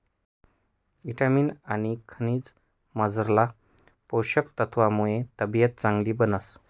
ईटामिन आनी खनिजमझारला पोषक तत्वसमुये तब्येत चांगली बनस